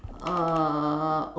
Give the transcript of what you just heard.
uh